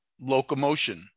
locomotion